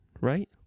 right